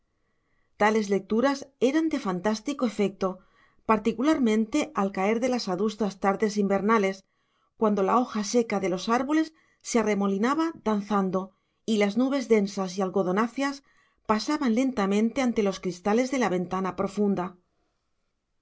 tales lecturas eran de fantástico efecto particularmente al caer de las adustas tardes invernales cuando la hoja seca de los árboles se arremolinaba danzando y las nubes densas y algodonáceas pasaban lentamente ante los cristales de la ventana profunda